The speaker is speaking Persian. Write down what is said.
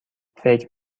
فکر